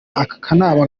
akanama